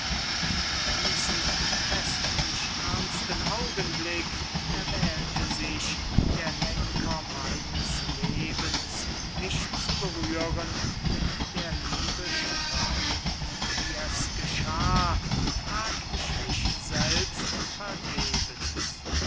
und diesen festlich ernsten augenblick erwählte sich der lenker meines lebens mich zu berühren mit der liebe strahl wie es geschah frag ich mich selbst vergebens